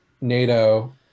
NATO